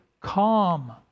calm